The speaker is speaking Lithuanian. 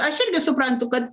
aš irgi suprantu kad